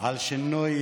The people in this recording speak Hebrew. על שינוי,